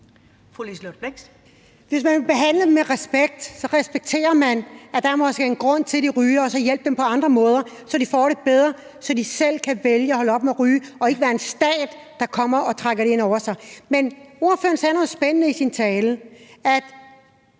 Hvis man vil behandle dem med respekt, respekterer man, at der måske er en grund til, at de ryger, og så hjælper man dem på andre måder, så de får det bedre og selv kan vælge at holde op med at ryge og det ikke er en stat, der kommer og trækker det ned over dem. Men ordføreren sagde noget spændende i sin tale: